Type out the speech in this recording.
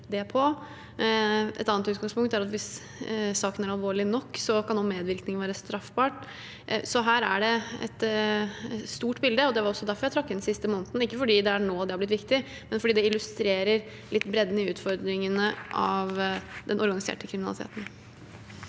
Et annet utgangspunkt er at hvis saken er alvorlig nok, kan også medvirkning være straffbart. Så her er det et stort bilde, og det var også derfor jeg trakk inn den siste måneden – ikke fordi det er nå det har blitt viktig, men fordi det illustrerer litt av bredden i utfordringene med den organiserte kriminaliteten.